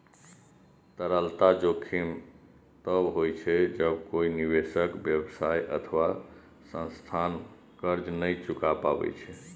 तरलता जोखिम तब होइ छै, जब कोइ निवेशक, व्यवसाय अथवा संस्थान कर्ज नै चुका पाबै छै